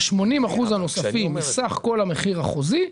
80% הנוספים מסך כל המחיר החוזי,